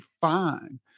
fine